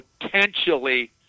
potentially